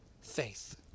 faith